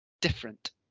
different